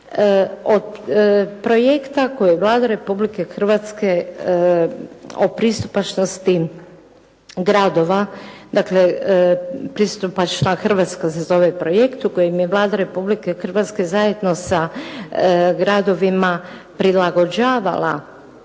Od projekta koji je Vlada Republike Hrvatske o pristupačnosti gradovi, dakle "Pristupačna Hrvatska" se zove projekt u kojem je Vlada Republike Hrvatske zajedno sa gradovima prilagođavala